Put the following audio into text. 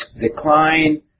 decline